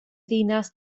ddinas